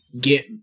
get